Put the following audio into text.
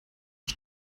ich